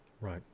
Right